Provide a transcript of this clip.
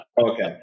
Okay